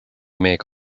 make